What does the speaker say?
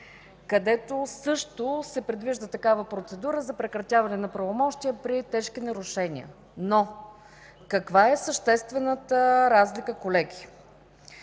където също се предвижда такава процедура за прекратяване на правомощия при тежки нарушения. Но каква е съществената разлика, колеги?